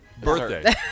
Birthday